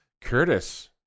Curtis